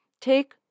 Take